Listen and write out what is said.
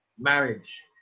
marriage